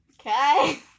Okay